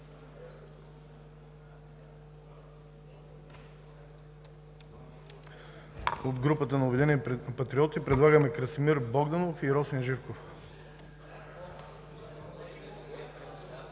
От групата на „Обединени патриоти“ предлагаме Красимир Богданов и Росен Живков.